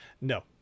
No